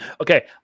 Okay